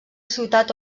ciutat